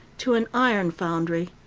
to an iron foundry.